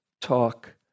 talk